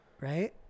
right